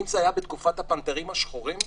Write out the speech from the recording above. אם זה היה בתקופת הפנתרים השחורים,